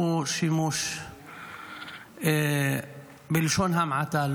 הוא שימוש לא הוגן, בלשון המעטה,